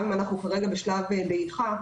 גם אם אנחנו כרגע בשלב דעיכה,